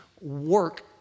work